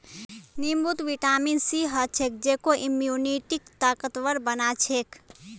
नींबूत vitamin C ह छेक जेको इम्यूनिटीक ताकतवर बना छेक